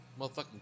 Motherfucking